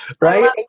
Right